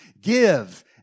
Give